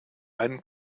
einen